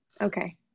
okay